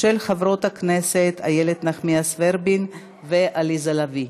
של חברות הכנסת איילת נחמיאס ורבין ועליזה לביא.